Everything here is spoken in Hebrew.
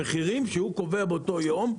המחירים שהוא קובע באותו יום,